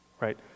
Right